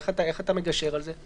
איך אתה מגשר על זה?